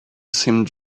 seemed